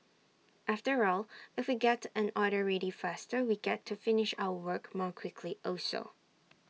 after all if we get an order ready faster we get to finish our work more quickly also